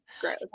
gross